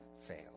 fail